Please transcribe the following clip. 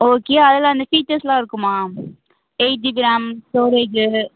okay அதில் அந்த ஃபீச்சர்ஸ்செலாம் இருக்குமா எயிட் ஜிபி ராம் ஸ்டோரேஜ்